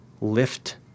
lift